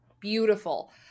beautiful